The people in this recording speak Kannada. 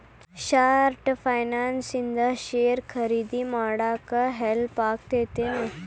ಶಾರ್ಟ್ ಫೈನಾನ್ಸ್ ಇಂದ ಷೇರ್ ಖರೇದಿ ಮಾಡಾಕ ಹೆಲ್ಪ್ ಆಗತ್ತೇನ್